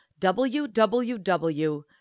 www